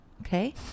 okay